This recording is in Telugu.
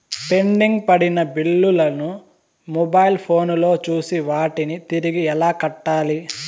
పెండింగ్ పడిన బిల్లులు ను మొబైల్ ఫోను లో చూసి వాటిని తిరిగి ఎలా కట్టాలి